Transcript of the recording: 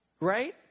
Right